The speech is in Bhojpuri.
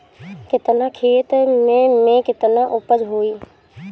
केतना खेत में में केतना उपज होई?